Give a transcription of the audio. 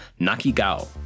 Nakigao